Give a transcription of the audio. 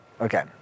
okay